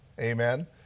amen